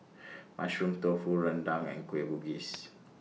Mushroom Tofu Rendang and Kueh Bugis